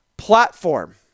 platform